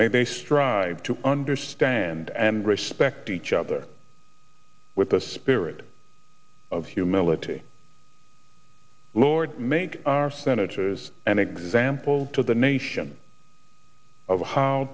may they strive to understand and respect each other with a spirit of humility lord make our senators an example to the nation of how